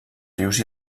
rius